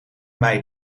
mij